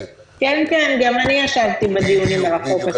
כן, גם אני ישבתי בדיונים על החוק הספציפי.